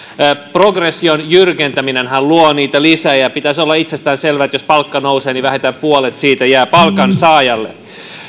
progression jyrkentäminenhän luo niitä lisää ja pitäisi olla itsestäänselvää että jos palkka nousee niin vähintään puolet siitä jää palkansaajalle